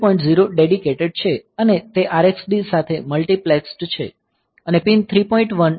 0 dedicated છે અને તે RxD સાથે મલ્ટિપ્લેક્સ્ડ છે અને પીન 3